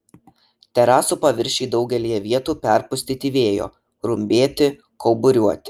terasų paviršiai daugelyje vietų perpustyti vėjo rumbėti kauburiuoti